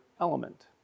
element